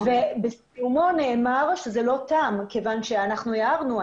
בסיומו נאמר שזה לא תם כיוון שאנחנו הערנו.